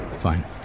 Fine